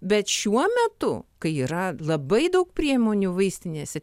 bet šiuo metu kai yra labai daug priemonių vaistinėse